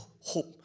hope